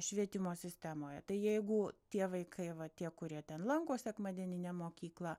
švietimo sistemoje tai jeigu tie vaikai va tie kurie ten lanko sekmadieninę mokyklą